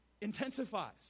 intensifies